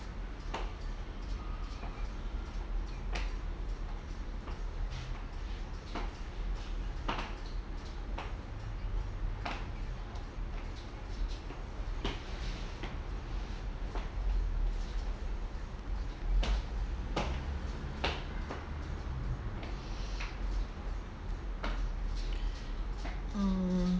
mm